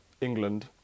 England